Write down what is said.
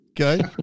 Okay